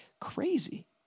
crazy